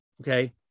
Okay